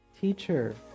teacher